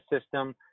system